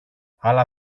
αλλά